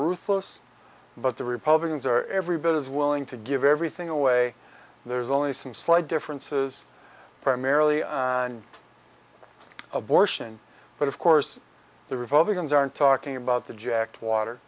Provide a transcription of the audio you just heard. ruthless but the republicans are every bit as willing to give everything away there's only some slight differences primarily on abortion but of course the revolver guns aren't talking about the jacked water